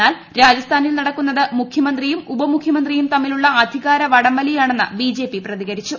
എന്നാൽ രാജസ്ഥാനിൽ നടക്കുന്നത് മുഖ്യമന്ത്രിയും ഉപമുഖ്യമന്ത്രി യും തമ്മിലുള്ള അധികാര വടംവലിയാണെന്ന് ബിജെപി പ്രതികരിച്ചു